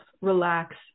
relax